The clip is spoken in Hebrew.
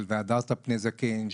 של ״והדרת פני זקן״.